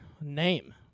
Name